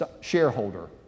shareholder